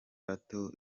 bato